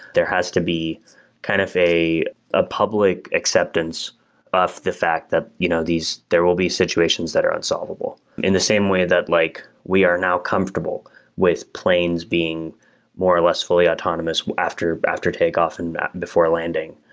there has to be kind of a ah public acceptance of the fact that you know there will be situations that are unsolvable. in the same way that like we are now comfortable with planes being more or less fully autonomous after after takeoff and before landing,